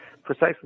precisely